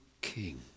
king